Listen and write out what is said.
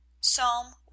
Psalm